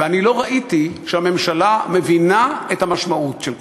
ואני לא ראיתי שהממשלה מבינה את המשמעות של זה.